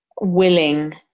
willing